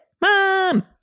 Mom